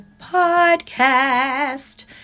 podcast